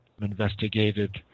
investigated